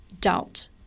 doubt